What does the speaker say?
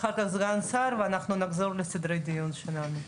אחר כך סגן השר ואנחנו נחזור לסדר הדיון שלנו.